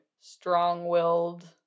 strong-willed